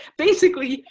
basically,